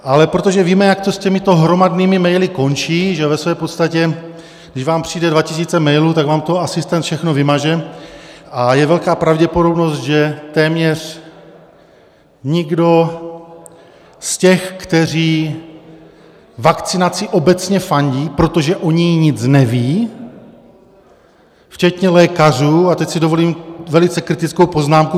Ale protože víme, jak to s těmito hromadnými maily končí, že ve své podstatě když vám přijde dva tisíce mailů, tak vám to asistent všechno vymaže a je velká pravděpodobnost, že téměř nikdo z těch, kteří vakcinaci obecně fandí, protože o ní nic nevědí, včetně lékařů a teď si dovolím velice kritickou poznámku k lékařům.